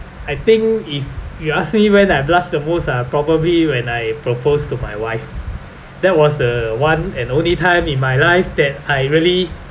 I think if you ask me when I blushed the most ah probably when I proposed to my wife that was the one and only time in my life that I really